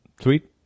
sweet